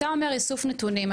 אתה אומר איסוף נתונים,